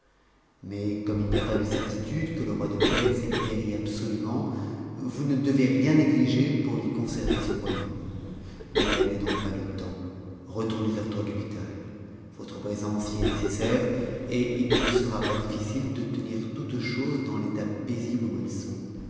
mais comme il n'y a pas de certitude que le roi de perse ait péri absolument vous ne devez rien négliger pour lui conserver son royaume ne perdez donc pas de temps retournez à votre capitale votre présence y est nécessaire et il ne vous sera pas difficile de tenir toutes choses dans l'état paisible où elles sont